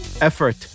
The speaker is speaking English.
effort